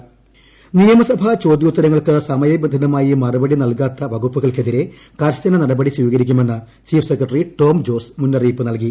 നടപടി നിയമസഭാ ചോദ്യോത്തരങ്ങൾക്ക് സമയബന്ധിതമായി മറുപടി നൽകാത്ത വകുപ്പുകൾക്കുതിരെ കർശന നടപടി സ്വീകരിക്കുമെന്ന് ചീഫ് ക്സ്ക്രട്ടറി ടോം ജോസ് മുന്നറിയിപ്പ് നൽകി